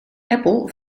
apple